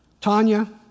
Tanya